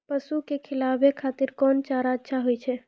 पसु के खिलाबै खातिर कोन चारा अच्छा होय छै?